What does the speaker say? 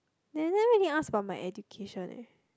they never really ask for my education eh